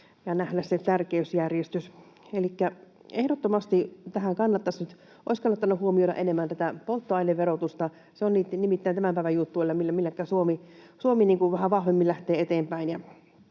ja nähdä se tärkeysjärjestys. Elikkä ehdottomasti tässä olisi kannattanut huomioida enemmän polttoaineverotusta. Se on nimittäin tämän päivän juttu, millä Suomi vähän vahvemmin lähtee eteenpäin.